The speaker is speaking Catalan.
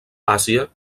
àsia